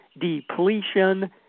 Depletion